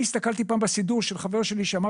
אני הסתכלתי פעם בסידור של חבר שלי שאמר